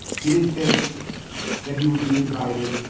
he didn't think that he would be invited.